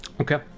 Okay